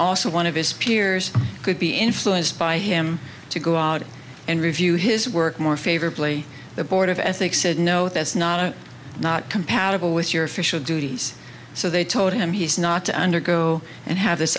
also one of his peers could be influenced by him to go out and review his work more favorably the board of ethics said no that's not a not compatible with your official duties so they told him he's not to undergo and have this